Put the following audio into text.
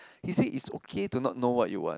he say it's okay to not know what you want